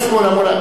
לא,